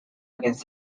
against